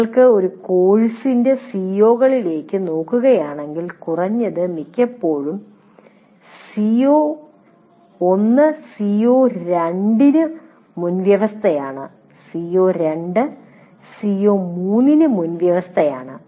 നിങ്ങൾ ഒരു കോഴ്സിന്റെ CO കളിലേക്ക് നോക്കുകയാണെങ്കിൽ കുറഞ്ഞത് മിക്കപ്പോഴും CO1 CO2 ന് ഒരു മുൻവ്യവസ്ഥയാണ് CO2 CO3 ന് ഒരു മുൻവ്യവസ്ഥയാണ്